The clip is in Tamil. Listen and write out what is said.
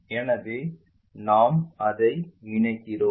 எனவே நாம் அதை இணைக்கிறோம்